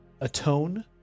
atone